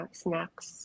snacks